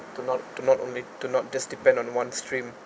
to not to not only to not just depend on one stream